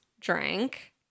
drank